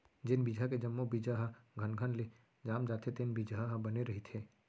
जेन बिजहा के जम्मो बीजा ह घनघन ले जाम जाथे तेन बिजहा ह बने रहिथे